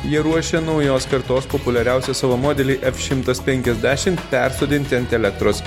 jie ruošia naujos kartos populiariausią savo modelį f šimtas penkiasdešim persodinti ant elektros